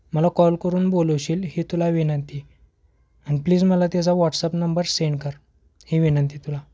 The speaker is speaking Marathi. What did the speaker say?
मला कॉल करून बोलवशील ही तुला विनंती आणि प्लीज मला त्याचा वॉट्सअप नंबर सेंड कर ही विनंती तुला